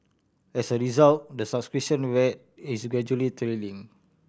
as a result the subscription rate is gradually trailing